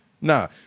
Nah